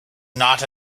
not